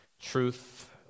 truth